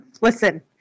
Listen